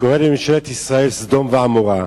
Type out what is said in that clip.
וקורא לממשלת ישראל סדום ועמורה,